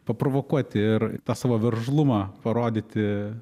paprovokuoti ir tą savo veržlumą parodyti